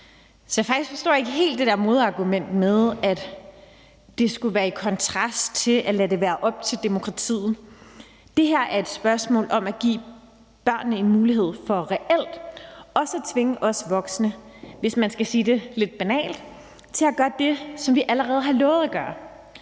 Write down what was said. Så jeg forstår faktisk ikke helt det der modargument med, at det skulle være i kontrast til det at lade det være op til demokratiet. Det her er et spørgsmål om at give børnene en mulighed for reelt også at tvinge os voksne, hvis man skal sige det lidt banalt, til at gøre det, som vi allerede har lovet at gøre.